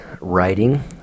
writing